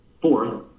Fourth